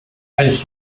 ehrlich